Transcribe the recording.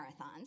marathons